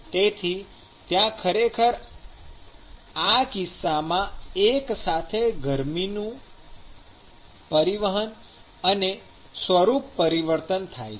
તેથી ત્યાં ખરેખર આ કિસ્સામાં એક સાથે ગરમીનું પરિવહન અને સ્વરૂપ પરિવર્તન થાય છે